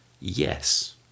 Yes